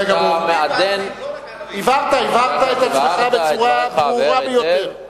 הבהרת את עצמך בצורה הברורה ביותר.